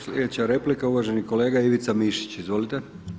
Sljedeća replika je uvaženi kolega Ivica Mišić, izvolite.